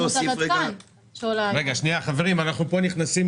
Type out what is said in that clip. חבר הכנסת